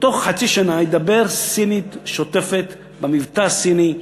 תוך חצי שנה הוא ידבר סינית שוטפת במבטא סיני.